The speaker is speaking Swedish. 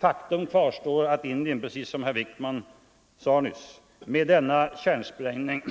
Faktum kvarstår att Indien, precis som herr Wijkman sade nyss, med denna kärnsprängning